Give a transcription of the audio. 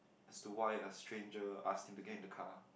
as to why a stranger asked him to get in the car